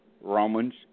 Romans